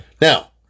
Now